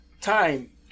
time